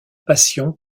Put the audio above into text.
passion